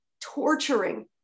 torturing